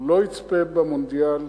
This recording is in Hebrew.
הוא לא יצפה במונדיאל,